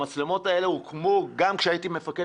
המצלמות האלה הוקמו גם כשהייתי מפקד